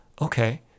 okay